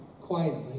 quietly